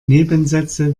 nebensätze